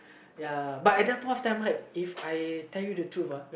ya but at that point of time right If I tell you the truth uh